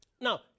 Now